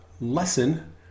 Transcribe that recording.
lesson